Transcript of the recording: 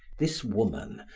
this woman,